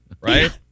right